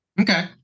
Okay